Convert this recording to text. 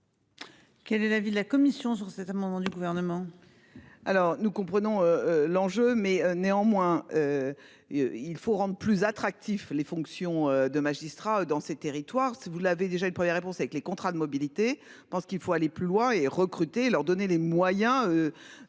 Quelle est la ville la commission sur cet amendement du gouvernement.